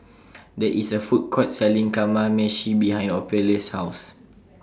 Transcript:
There IS A Food Court Selling Kamameshi behind Ophelia's House